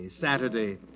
Saturday